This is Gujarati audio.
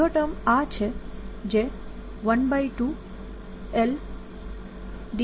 બીજો ટર્મ આ છે જે 12Ld dt છે